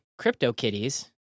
CryptoKitties